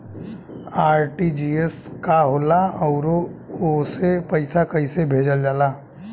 RTGS का होला आउरओ से पईसा कइसे भेजल जला?